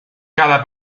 cada